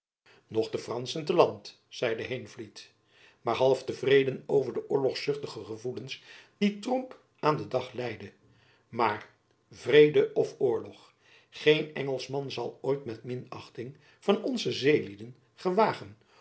de franschen te land zeide heenvliet jacob van lennep elizabeth musch maar half te vrede over de oorlogzuchtige gevoelens die tromp aan den dag leide maar vrede of oorlog geen engelschman zal ooit met minachting van onze zeelieden gewagen